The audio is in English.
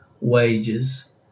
wages